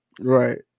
Right